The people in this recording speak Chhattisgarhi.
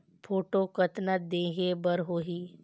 फोटो कतना देहें बर होहि?